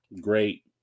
great